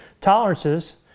tolerances